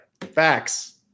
Facts